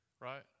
right